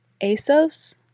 ASOS